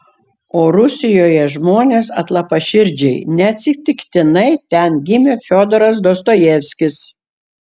o rusijoje žmonės atlapaširdžiai neatsitiktinai ten gimė fiodoras dostojevskis